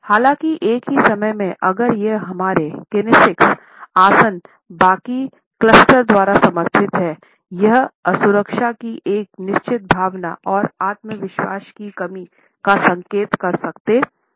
हालांकि एक ही समय में अगर यह हमारे कीनेसिक्स आसन बाकी क्लस्टर द्वारा समर्थित है यह असुरक्षा की एक निश्चित भावना और आत्मविश्वास की कमी का संकेत कर सकते हैं